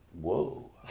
Whoa